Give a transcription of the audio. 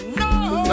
no